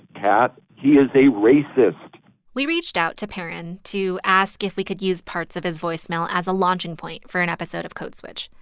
kat. he is a racist we reached out to paran to ask if we could use parts of his voicemail as a launching point for an episode of code switch.